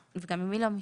וגם אם היא לא משתנה.